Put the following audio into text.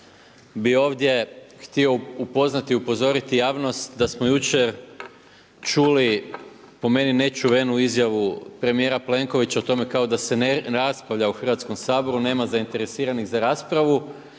bih ovdje htio upoznati, upozoriti javnost da smo jučer čuli po meni nečuvenu izjavu premijera Plenkovića o tome kao da se ne raspravlja o Hrvatskom saboru, nema zainteresiranih za raspravu.